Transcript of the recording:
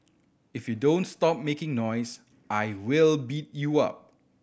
if you don't stop making noise I will beat you up